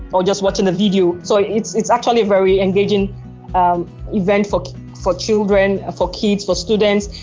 or just watching the video. so it's it's actually a very engaging event for for children, for kids, for students,